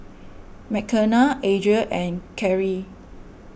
Mckenna Adria and Karrie